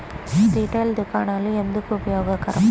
Retail దుకాణాలు ఎందుకు ఉపయోగకరం?